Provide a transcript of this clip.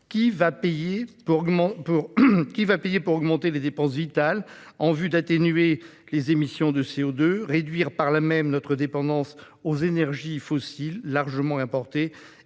Qui va payer pour augmenter les dépenses vitales en vue d'atténuer les émissions de CO2, réduire par là même notre dépendance aux énergies fossiles, largement importées,